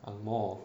ang moh